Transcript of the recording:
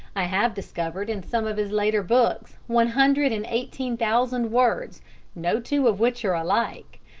i have discovered in some of his later books one hundred and eighteen thousand words no two of which are alike.